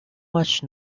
much